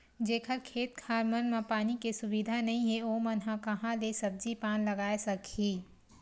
जेखर खेत खार मन म पानी के सुबिधा नइ हे ओमन ह काँहा ले सब्जी पान लगाए सकही